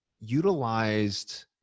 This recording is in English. utilized